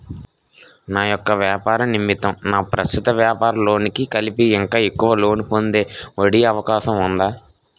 నా యెక్క వ్యాపార నిమిత్తం నా ప్రస్తుత వ్యాపార లోన్ కి కలిపి ఇంకా ఎక్కువ లోన్ పొందే ఒ.డి అవకాశం ఉందా?